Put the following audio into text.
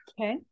okay